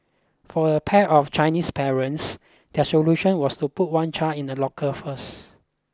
for a pair of Chinese parents their solution was to put one child in a locker first